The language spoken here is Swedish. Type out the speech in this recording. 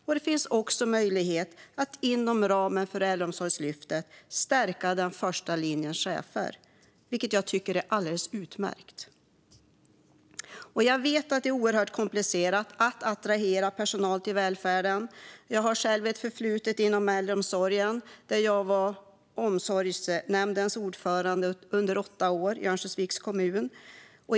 Det finns också möjlighet att inom ramen för Äldreomsorgslyftet stärka den första linjens chefer, vilket jag tycker är alldeles utmärkt. Jag vet att det är oerhört komplicerat att attrahera personal till välfärden. Jag har själv ett förflutet inom äldreomsorgen; jag var under åtta år omsorgsnämndens ordförande i Örnsköldsviks kommun.